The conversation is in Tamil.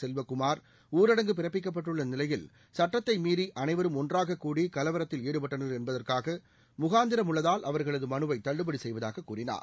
செல்வகுமார் ஊரடங்கு பிறப்பிக்கப்பட்டுள்ள நிலையில் சுட்டத்தை மீறி அனைவரும் ஒன்றாக கூடி கலவரத்தில் ஈடுபட்டனர் என்பதற்காக முகாந்திரம் உள்ளதால் அவர்களது மனுவை தள்ளுபடி செய்வதாக கூறினார்